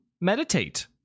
meditate